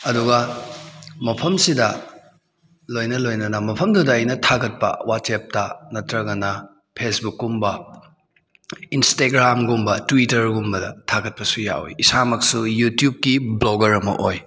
ꯑꯗꯨꯒ ꯃꯐꯝꯁꯤꯗ ꯂꯣꯏꯅ ꯂꯣꯏꯅꯅ ꯃꯐꯝꯗꯨꯗ ꯑꯩꯅ ꯊꯥꯒꯠꯄ ꯋꯥꯆꯦꯞꯇ ꯅꯠꯇ꯭ꯔꯒꯅ ꯐꯦꯁꯕꯨꯛ ꯀꯨꯝꯕ ꯏꯟꯁꯇꯥꯒ꯭ꯔꯥꯝ ꯒꯨꯝꯕ ꯇ꯭ꯋꯤꯇꯔꯒꯨꯝꯕꯗ ꯊꯥꯒꯠꯄꯁꯨ ꯌꯥꯎꯏ ꯏꯁꯥꯃꯛꯁꯨ ꯌꯨꯇ꯭ꯌꯨꯕꯀꯤ ꯕ꯭ꯂꯣꯒꯔ ꯑꯃ ꯑꯣꯏ